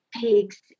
pigs